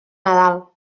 nadal